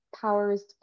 powers